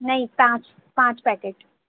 نہیں پانچ پانچ پیکٹ